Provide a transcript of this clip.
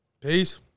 Peace